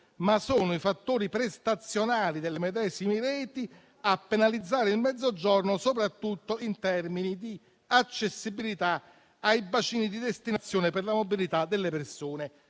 che sono i fattori prestazionali delle medesime reti a penalizzare il Mezzogiorno, soprattutto in termini di accessibilità ai bacini di destinazione per la mobilità delle persone